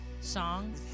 song